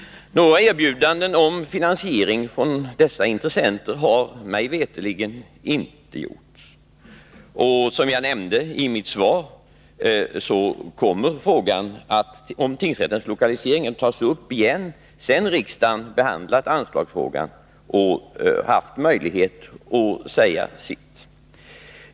Några erbjudanden om finansiering från dessa intressenter har mig veterligt inte gjorts. Som jag nämnde i mitt svar kommer frågan om tingsrättens lokalisering att tas upp igen sedan riksdagen behandlat anslagsfrågan och haft möjlighet att säga sitt.